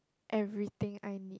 everything I need